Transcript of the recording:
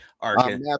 arkin